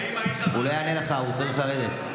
הוא לא יענה לך, הוא צריך לסיים ולרדת.